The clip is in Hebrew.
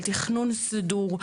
על תכנון סדור,